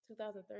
2013